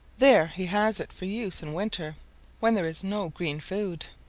there he has it for use in winter when there is no green food.